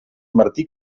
martí